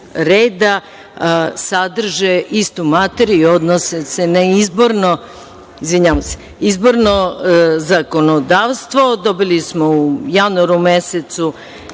reda sadrže istu materiju i odnose se na izborno zakonodavstvo. Dobili smo u januaru mesecu